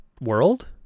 World